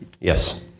Yes